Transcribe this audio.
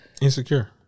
Insecure